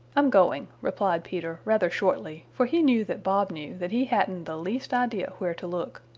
i'm going, replied peter rather shortly, for he knew that bob knew that he hadn't the least idea where to look.